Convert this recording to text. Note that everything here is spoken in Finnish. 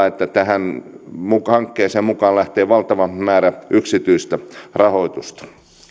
että tähän hankkeeseen lähtee mukaan valtava määrä yksityistä rahoitusta